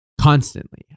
constantly